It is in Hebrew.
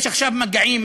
יש עכשיו מגעים,